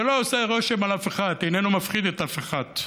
זה לא עושה רושם על אף אחד, לא מפחיד אף אחד.